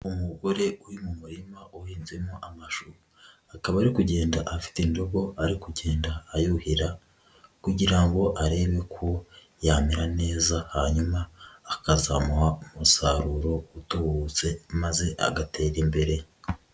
Umugore uri mu murima uhinzemo amashu, akaba ari kugenda afite indobo, ari kugenda ayuhira kugira ngo arebe ko yamera neza hanyuma akazamuha umusaruro utubutse maze agatera imbere.